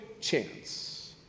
chance